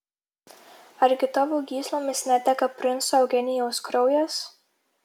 argi tavo gyslomis neteka princo eugenijaus kraujas